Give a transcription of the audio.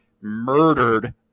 murdered